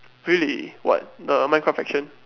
really what the minecraft action